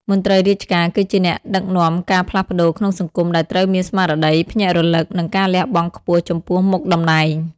មន្ត្រីរាជការគឺជាអ្នកដឹកនាំការផ្លាស់ប្តូរក្នុងសង្គម ដែលត្រូវមានស្មារតីភ្ញាក់រលឹក និងការលះបង់ខ្ពស់ចំពោះមុខតំណែង។